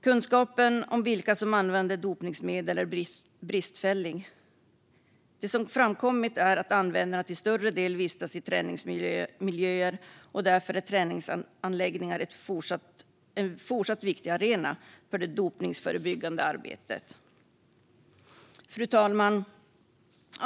Kunskapen om vilka som använder dopningsmedel är bristfällig. Det som har framkommit är att användarna till större del vistas i träningsmiljöer, och därför är träningsanläggningar en fortsatt viktig arena för det dopningsförebyggande arbetet. Fru talman!